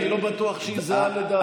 אני לא בטוח שהיא זהה לדעתו.